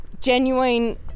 genuine